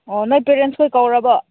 ꯑꯣ ꯅꯣꯏ ꯄꯦꯔꯦꯟꯁꯈꯩ ꯀꯧꯔꯕꯣ